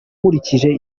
nkurikije